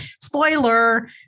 Spoiler